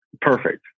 Perfect